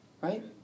right